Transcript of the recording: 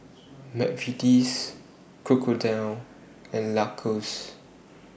Mcvitie's Crocodile and Lacoste